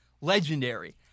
legendary